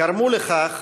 גרמו לכך